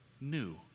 new